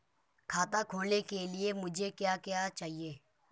खाता खोलने के लिए मुझे क्या क्या चाहिए?